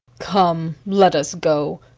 come, let us go.